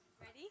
Ready